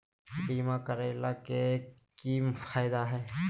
बीमा करैला के की फायदा है?